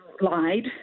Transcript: lied